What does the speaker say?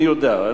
אני יודע,